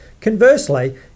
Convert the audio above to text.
Conversely